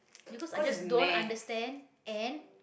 because i just don't understand and